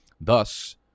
thus